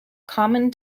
common